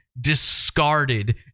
discarded